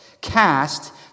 cast